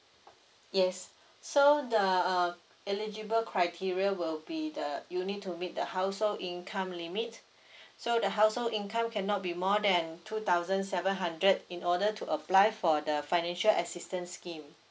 yes so the uh eligible criteria will be the you need to meet the household income limit so the household income cannot be more than two thousand seven hundred in order to apply for the financial assistance scheme